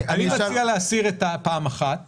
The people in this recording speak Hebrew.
אני מציע להסיר את הפעם אחת